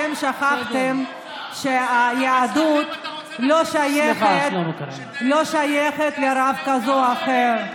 אתם שכחתם שהיהדות לא שייכת לרב כזה או אחר.